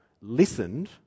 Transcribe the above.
listened